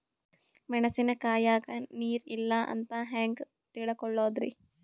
ಮೆಣಸಿನಕಾಯಗ ನೀರ್ ಇಲ್ಲ ಅಂತ ಹೆಂಗ್ ತಿಳಕೋಳದರಿ?